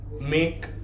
make